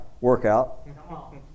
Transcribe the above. workout